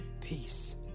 peace